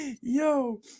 yo